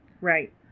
Right